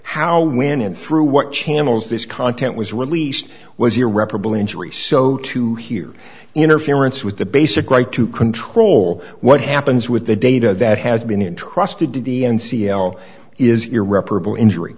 and through what channels this content was released was irreparable injury so to hear interference with the basic right to control what happens with the data that has been entrusted to the n c l is irreparable injury